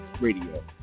Radio